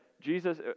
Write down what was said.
Jesus